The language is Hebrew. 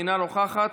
אינה נוכחת,